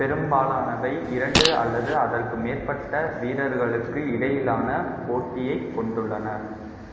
பெரும்பாலானவை இரண்டு அல்லது அதற்கு மேற்பட்ட வீரர்களுக்கு இடையிலான போட்டியை கொண்டுள்ளன